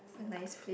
a nice place